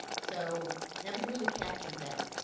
so have we really captured that?